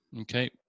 Okay